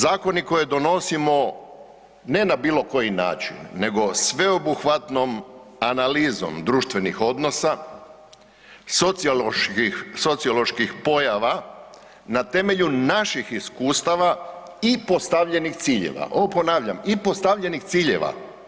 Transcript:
Zakoni koje donosimo ne na bilo koji način nego sveobuhvatnom analizom društvenih odnosa, socioloških pojava na temelju naših iskustava i postavljenih ciljeva, ovo ponavljam, i postavljenih ciljeva.